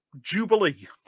Jubilee